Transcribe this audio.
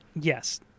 Yes